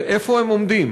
ואיפה הם עומדים,